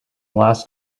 last